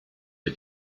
der